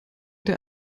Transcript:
der